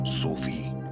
Sophie